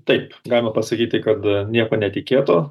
taip galima pasakyt tai kad nieko netikėto